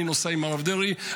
אני נוסע עם הרב דרעי,